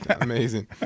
Amazing